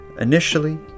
initially